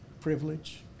Privilege